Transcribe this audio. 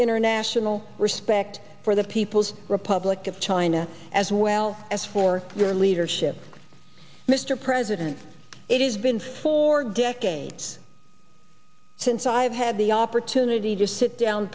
international respect for the people's republic of china as well as for your leadership mr president it has been for decades since i've had the opportunity to sit down